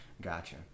gotcha